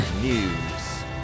News